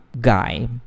guy